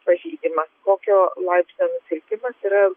pažeidimas kokio laipsnio nusilpimas yra